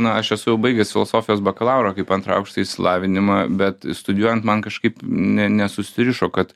na aš esu jau baigęs filosofijos bakalaurą kaip antrą aukštąjį išsilavinimą bet studijuojant man kažkaip ne nesusirišo kad